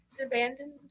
abandoned